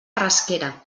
rasquera